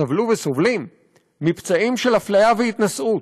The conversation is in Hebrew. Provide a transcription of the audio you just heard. סבלו וסובלים מפצעים של אפליה והתנשאות,